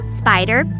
spider